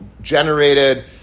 generated